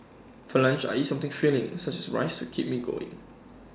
for lunch I eat something filling such as rice to keep me going